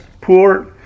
poor